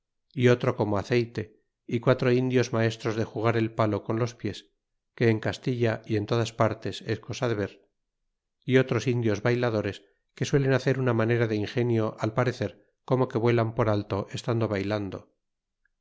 y otro como aceyte y quatro indios maestros de jugar el palo con los pies que en castilla y en todas partes es cosa de ver y otros indios bayladores que suelen hacer una manera de ingenio al parecer como que vuelan por alto estando baylando